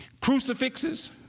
Crucifixes